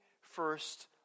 first